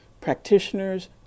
practitioners